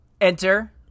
Enter